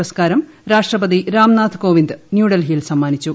പുരസ്കാരം രാഷ്ട്രപതി രാംനാഥ് കോവിന്ദ് ന്യൂഡൽഹിയിൽ സമ്മാനിച്ചു